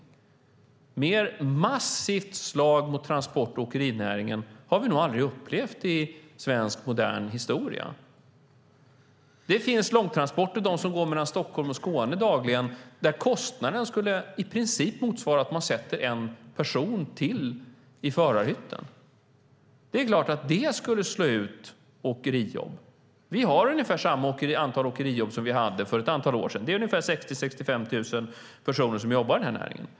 Ett mer massivt slag mot transport och åkerinäringen har vi nog aldrig upplevt i svensk modern historia. Det finns långtransporter som går mellan Stockholm och Skåne dagligen, där kostnaden i princip skulle motsvara att man sätter en person till i förarhytten. Det är klart att det skulle slå ut åkerijobb. Vi har ungefär samma antal åkerijobb som vi hade för ett antal år sedan; det är ungefär 60 000-65 000 personer som jobbar i denna näring.